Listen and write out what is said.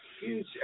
huge